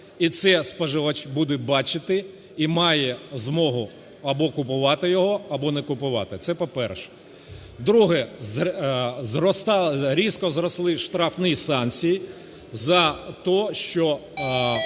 і це споживач буде бачити, і має змогу або купувати його, або не покупати – це по-перше. Друге. Зростає... різко зросли штрафні санкції за те, що